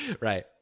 Right